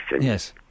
Yes